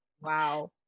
Wow